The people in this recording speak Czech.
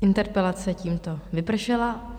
Interpelace tímto vypršela.